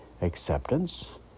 acceptance